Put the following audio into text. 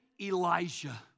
Elijah